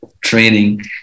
training